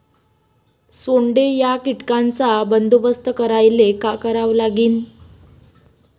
सोंडे या कीटकांचा बंदोबस्त करायले का करावं लागीन?